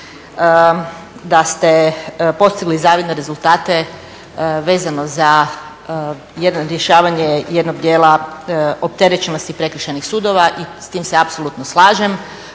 da ste postigli zavidne rezultate vezano za rješavanje jednog dijela opterećenosti prekršajnih sudova i s tim se apsolutno slažem.